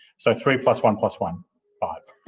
so, three plus one plus one five.